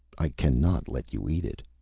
i cannot let you eat it.